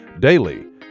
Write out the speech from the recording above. Daily